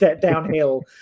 downhill